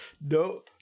no